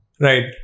Right